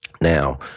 Now